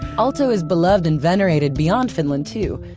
aalto is beloved and venerated beyond finland, too.